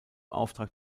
auftrag